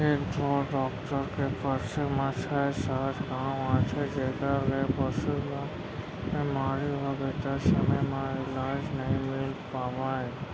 एके ढोर डॉक्टर के पाछू म छै सात गॉंव आथे जेकर ले पसु ल बेमारी होगे त समे म इलाज नइ मिल पावय